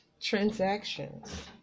transactions